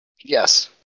Yes